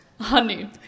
honey